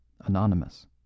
anonymous